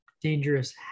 Dangerous